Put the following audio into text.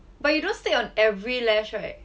but you don't stick on every lash right